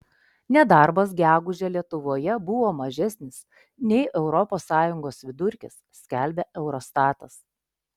nedarbas gegužę lietuvoje buvo mažesnis nei europos sąjungos vidurkis skelbia eurostatas